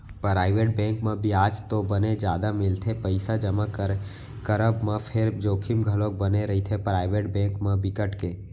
private bank म बियाज तो बने जादा मिलथे पइसा जमा के करब म फेर जोखिम घलोक बने रहिथे, पराइवेट बेंक म बिकट के